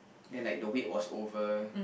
then like the wait was over